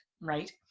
right